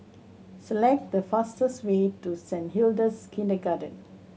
select the fastest way to Saint Hilda's Kindergarten